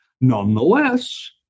Nonetheless